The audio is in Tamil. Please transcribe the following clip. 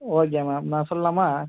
ஓகே மேம் நான் சொல்லலாமா